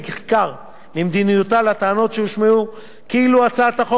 שהושמעו כאילו הצעת החוק פוגעת בזכות הקניין של הגמלאים.